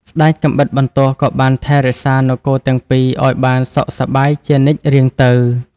ស្ដេចកាំបិតបន្ទោះក៏បានថែរក្សានគរទាំងពីរឱ្យបានសុខសប្បាយជានិច្ចរៀងទៅ។